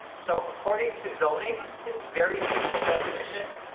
so, according to zoning, it's very simple definition.